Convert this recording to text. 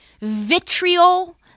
vitriol